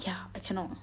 ya I cannot